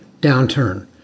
downturn